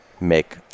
make